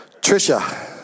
Trisha